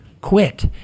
quit